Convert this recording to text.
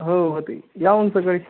हो होतं आहे या मग सकाळी